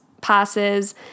passes